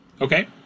Okay